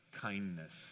kindness